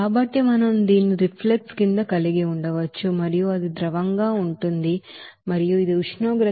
కాబట్టి మనం దీనిని రిఫ్లక్స్ కింద కలిగి ఉండవచ్చు మరియు అది ద్రవంగా ఉంటుంది మరియు ఇది ఉష్ణోగ్రత 56